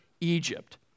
Egypt